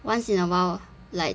once in awhile like